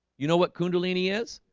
you know what kundalini is